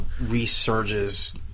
resurges